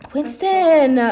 Winston